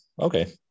Okay